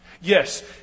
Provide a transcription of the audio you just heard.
Yes